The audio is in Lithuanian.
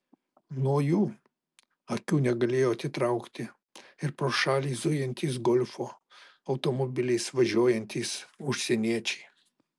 nuo jų akių negalėjo atitraukti ir pro šalį zujantys golfo automobiliais važiuojantys užsieniečiai